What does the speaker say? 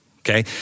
Okay